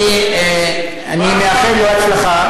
אני מאחל לו הצלחה.